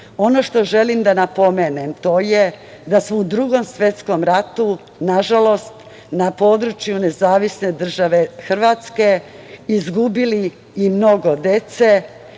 što želim da napomenem to je da smo u Drugom svetskom ratu, nažalost, na području Nezavisne države Hrvatske izgubili i mnogo dece